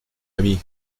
ami